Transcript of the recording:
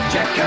Jack